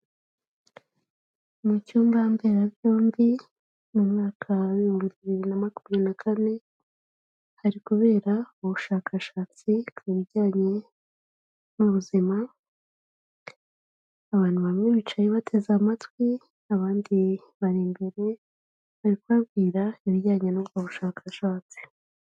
Mu cyumba mberabyombi mu mwaka w'ibihumbi bibiri na makumyabiri na kane hari kubera ubushakashatsi ku bijyanye n'ubuzima abantu bamwe bicaye bateze amatwi abandi bari imbere bari kubabwira ibijyanye n'ubwo bushakashatsi.